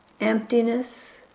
emptiness